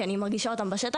כי אני מרגישה אותם בשטח,